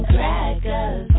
Crackers